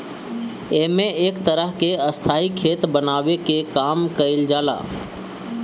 एमे एक तरह के स्थाई खेत बनावे के काम कईल जाला